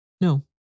No